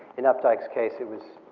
in updike's case it was